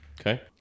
Okay